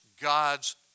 God's